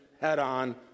head-on